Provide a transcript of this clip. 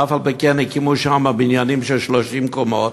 ואף-על-פי-כן הקימו שם בניינים של 30 קומות,